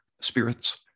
spirits